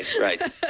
right